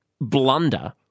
blunder